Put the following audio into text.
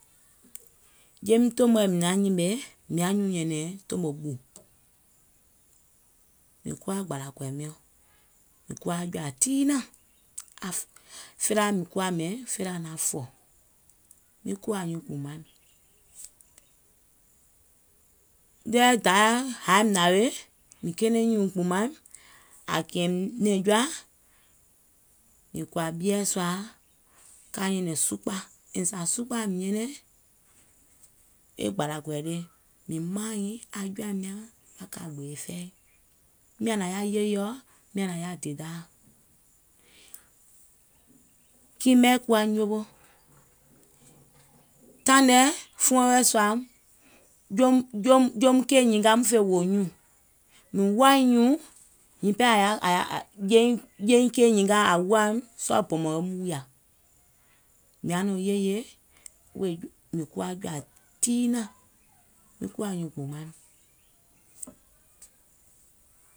Jeim tòmoɛ̀ mìŋ naŋ nyìmè mìŋ yaà nyuùŋ nyɛ̀nɛ̀ŋ tòmò ɓù, mìŋ kuwa gbàlà kɔ̀ì miɔ̀ŋ, mìŋ kuwa jɔ̀à tiinàŋ. Felaaȧ kuwa mɛ̀iŋ felaaà naŋ fɔ̀, miŋ kuwà nyuùŋ kpùùŋ maim. Ɗɔɔɛ̀ Dayà haȧìm nàwèe mìŋ kɛɛnɛ̀ŋ nyuùŋ kpùùmaim, à kìnyɛ̀ìm nɛ̀ŋ jɔa mìŋ kɔ̀à ɓieɛ̀ sùà ka nyɛ̀nɛ̀ŋ sukpà, yèè zà sukpàa nyɛnɛŋ, e gbàlà kɔ̀ì le, mìŋ maàiŋ aŋ jɔ̀àim nyàŋ aŋ kà gbèè fɛi. Miàŋ nàŋ yaȧ yèyeɔ̀, miàŋ nàŋ yaà dèdaà. Kiimɛ̀ kuwa nyowo, taìŋ nɛɛ̀ fuɔŋ wɛɛ̀ suù, joum keì nyìnga fò wòò nyùùŋ, mùŋ woàìŋ nyùùŋ, hiŋ hiŋ pɛɛ je nyiŋ keì nyìŋ nyìngaà ȧŋ woà mùìŋ sɔɔ̀ bɔ̀mɔ̀ŋ eim wùìyà. Mìŋ yaà nɔŋ yèye, mìŋ kuwa jɔ̀à tiinàŋ, miŋ kuwa nyuùŋ kpùùmaŋ